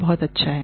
बहुत अच्छा है